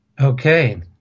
Okay